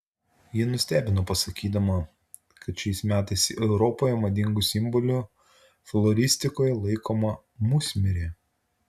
ji nustebino pasakydama kad šiais metais europoje madingu simboliu floristikoje laikoma musmirė